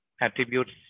attributes